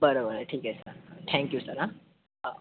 बरं बरं ठीक आहे सर थँक यू सर आ हा